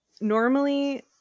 Normally